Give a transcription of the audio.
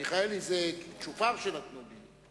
מיכאלי זה צ'ופר שנתנו לי.